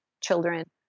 children